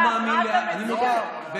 לא מאמין לאף, יואב, מה אתה מציע?